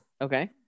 okay